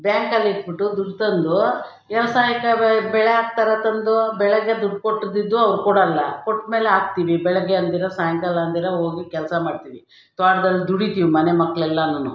ಬ್ಯಾಂಕಲ್ಲಿ ಇಟ್ಬಿಟ್ಟು ದುಡ್ಡು ತಂದು ವ್ಯವಸಾಯಕ್ಕೆ ಬೆಳೆ ಹಾಕ್ತಾರೆ ತಂದು ಬೆಳೆಗೆ ದುಡ್ಡು ಕೊಟ್ಟಿದ್ದಿದ್ದು ಅವ್ರು ಕೊಡಲ್ಲ ಕೊಟ್ಟಮೇಲೆ ಹಾಕ್ತೀವಿ ಬೆಳಗ್ಗೆ ಅಂದಿರ ಸಾಯಂಕಾಲ ಅಂದಿರ ಹೋಗಿ ಕೆಲಸ ಮಾಡ್ತೀವಿ ತೋಟ್ದಲ್ಲಿ ದುಡಿತೀವಿ ಮನೆ ಮಕ್ಕಳೆಲ್ಲರೂ